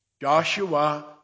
Joshua